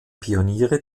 pioniere